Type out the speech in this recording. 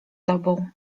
tobą